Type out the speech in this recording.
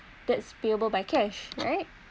that's payable by cash right